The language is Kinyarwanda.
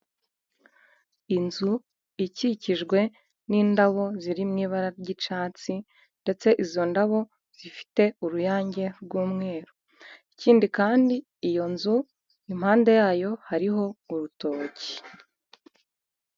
Inzu ikikijwe n'indabo ziri mu ibara ry'icyatsi ndetse izo ndabo zifite uruyange rw'umweru, ikindi kandi iyo nzu impande yayo hariho urutoki.